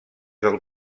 del